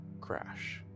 crash